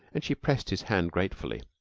and she pressed his hand gratefully.